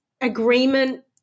agreement